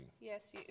Yes